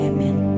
Amen